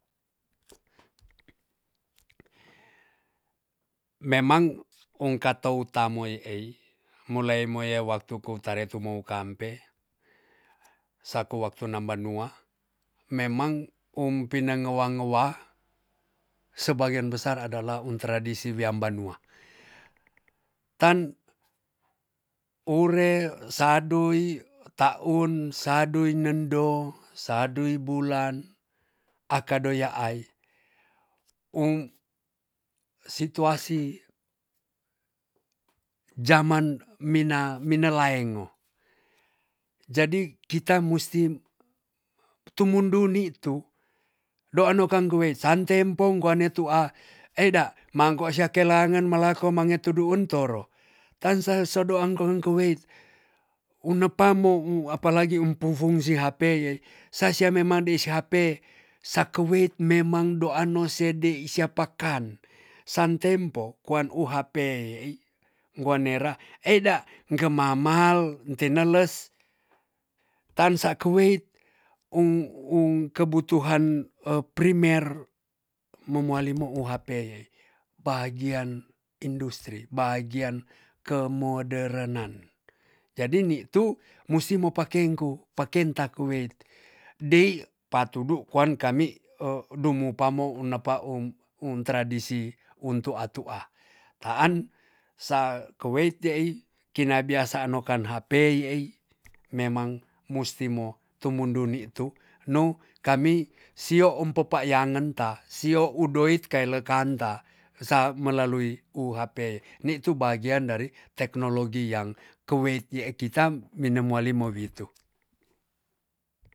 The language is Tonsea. Memang ongkatau tamoi ei mulai moyau waktu kutare tumoun kampe saku waktu namba nua memang ungpi nangawa sebagian besar adalah un tradisi wimbanua tan ure sadui ta'un sadui nendo sandui bulan aka doya'ai ung situasi jamanan mina-minalaengo jadi kita musti tumunduli tu dono kang goe santempo goane tu a eda mangko seakelangen malako mangetu du'un toro tana sodoang korong korowei wunepamoi apalagi umpu fungsi hp ye sasya mema de si hp sakowid memang do ano sede i sayapa kan san tempo kuan u hp i guanera eda gemahal-mahal teneles tansa kuweit ung-ung kebutuhan primer momuali mo u hp e bahagian industri bagian kemoderenan jadi ni tu musti mpakengku pakenta kuwet dei pakudu kuan kami e dungu pamou u napa un-untradisi untuk atu ah taan sa kowet de ei kina biasa nkan hp i ei memang musti mo tumunduni tu nou kami sio um pupayen ta sio udowit kele kanta sa melalui u hp ni tu bagian dari teknologi yang kuwet ye'e kita minemuali mo witu